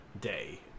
day